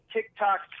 TikTok